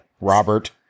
Robert